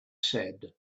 said